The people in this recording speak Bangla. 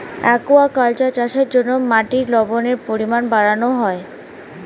অ্যাকুয়াকালচার চাষের জন্য মাটির লবণের পরিমাণ বাড়ানো হয়